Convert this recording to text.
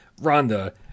Rhonda